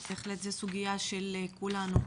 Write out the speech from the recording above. בהחלט זה סוגיה של כולנו.